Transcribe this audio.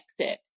exit